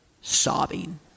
sobbing